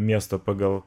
miestą pagal